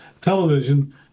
television